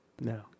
No